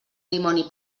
dimoni